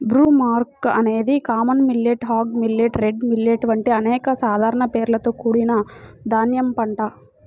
broomcorn అనేది common millet, hog millet, red millet వంటి అనేక సాధారణ పేర్లతో కూడిన ధాన్యం పంట